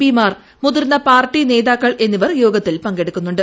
P മാർ മുതിർന്ന party നേതാക്കൾ എന്നിവർ യോഗത്തിൽ പങ്കെടുക്കുന്നുണ്ട്